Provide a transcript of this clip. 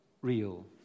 real